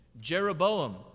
Jeroboam